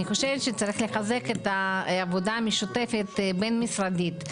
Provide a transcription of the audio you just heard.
אני חושבת שצריך לחזק את העבודה המשותפת הבין-משרדית.